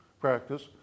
practice